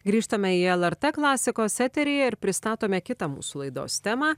grįžtame į lrt klasikos eterį ir pristatome kitą mūsų laidos temą